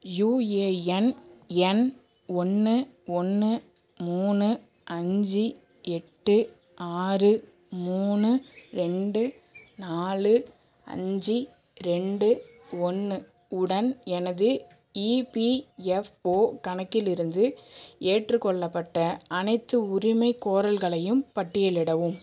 UAN எண் ஒன்று ஒன்று மூணு அஞ்சு எட்டு ஆறு மூணு ரெண்டு நாலு அஞ்சு ரெண்டு ஒன்று உடன் எனது இபிஎஃப்ஓ கணக்கிலிருந்து ஏற்றுக்கொள்ளப்பட்ட அனைத்து உரிமைக்கோரல்களையும் பட்டியலிடவும்